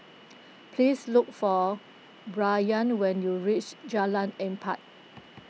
please look for Brayan when you reach Jalan Empat